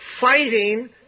fighting